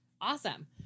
Awesome